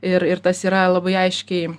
ir ir tas yra labai aiškiai